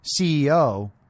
CEO